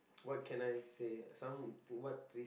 what can I say some